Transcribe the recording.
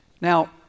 Now